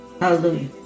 Hallelujah